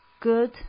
good